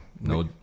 No